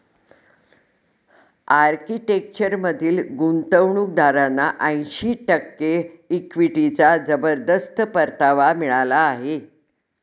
आर्किटेक्चरमधील गुंतवणूकदारांना ऐंशी टक्के इक्विटीचा जबरदस्त परतावा मिळाला आहे